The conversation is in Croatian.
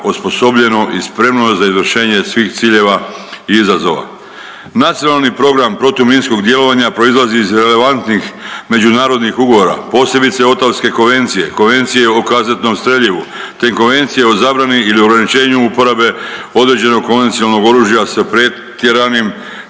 osposobljeno i spremno za izvršenje svih ciljeva i izazova. Nacionalni program protuminskog djelovanja proizlazi iz relevantnih međunarodnih ugovora, posebice Otavske konvencije, Konvencije o kazetnom streljivu te Konvencije o zabrani ili ograničenju uporabe određenog konvencionalnog oružja sa pretjeranim